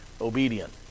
obedient